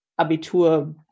Abitur